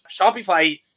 Shopify